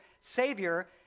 Savior